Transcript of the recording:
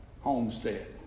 homestead